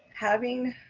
having